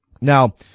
Now